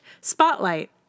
Spotlight